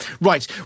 Right